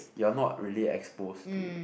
you're not really exposed to